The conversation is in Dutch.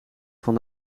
van